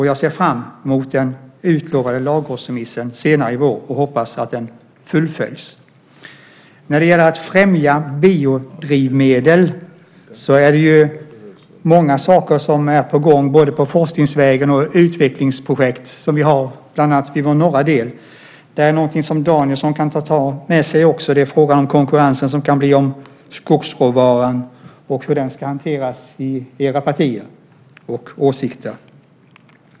Jag ser fram emot den utlovade lagrådsremissen senare i vår och hoppas att den fullföljs. När det gäller att främja biodrivmedel är många saker på gång. Det gäller då både forskningsvägen och de utvecklingsprojekt som vi har bland annat i landets norra del. Det är något som Danielsson också kan ta med sig. Det är fråga om den konkurrens som det kan bli om skogsråvaran och om hur den ska hanteras när det gäller era partier och åsikter.